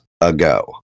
ago